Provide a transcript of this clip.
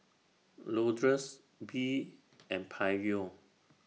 Lourdes Bee and Pryor